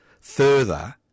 further